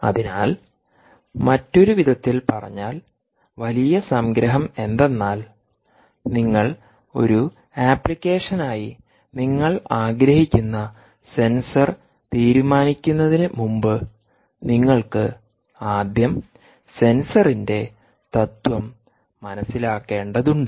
അതിനാൽ മറ്റൊരു വിധത്തിൽ പറഞ്ഞാൽ വലിയ സംഗ്രഹം എന്തെന്നാൽ നിങ്ങൾ ഒരു അപ്ലിക്കേഷനായി നിങ്ങൾ ആഗ്രഹിക്കുന്ന സെൻസർ തീരുമാനിക്കുന്നതിന് മുമ്പ് നിങ്ങൾക്ക് ആദ്യം സെൻസറിന്റെ തത്വം മനസിലാക്കേണ്ടതുണ്ട്